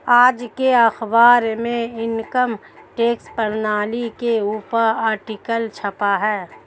आज के अखबार में इनकम टैक्स प्रणाली के ऊपर आर्टिकल छपा है